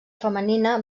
femenina